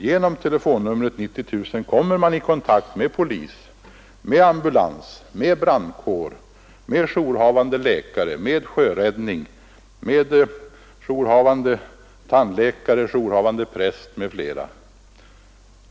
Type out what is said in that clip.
Genom telefonnumret 90 000 kommer man i kontakt med polis, med ambulans, med brandkår, med jourhavande läkare, med sjöräddning, med jourhavande tandläkare och jourhavande präst m.fl.